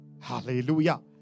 Hallelujah